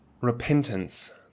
Repentance